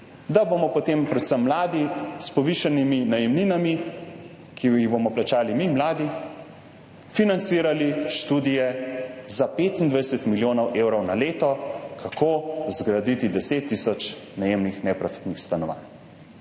da bomo potem predvsem mladi s povišanimi najemninami, ki jih bomo plačali mi mladi, financirali študije za 25 milijonov evrov na leto, kako zgraditi 10 tisoč najemnih neprofitnih stanovanj.